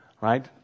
right